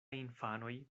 infanoj